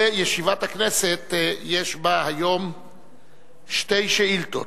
וישיבת הכנסת, יש בה היום שתי שאילתות: